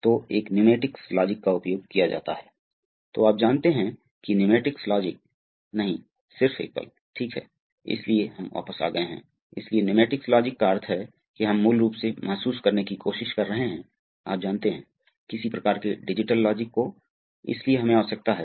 तो आप कनेक्ट करते हैं मूल रूप से आप कैप को पंप से जोड़ते हैं और आप उस रॉड को टैंक में जोड़ते हैं अब यहाँ हम जो कह रहे हैं वह है हम कुछ तरल पदार्थों को फिर से प्रसारित करना चाहते हैं जो छड़ से केबिन में आ रहे हैं तो यह कैसे संभव है